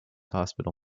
hospital